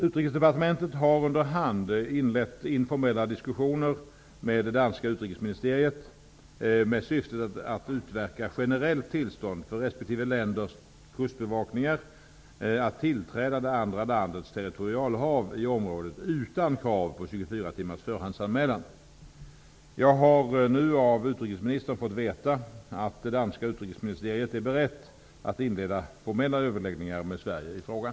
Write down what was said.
Utrikesdepartementet har under hand inlett informella diskussioner med det danska utrikesministeriet med syftet att utverka generellt tillstånd för respektive länders kustbevakningar att tillträda det andra landets territorialhav i området utan krav på 24 timmars förhandsanmälan. Jag har nu av utrikesministern fått veta att det danska utrikesministeriet är berett att inleda formella överläggningar med Sverige i frågan.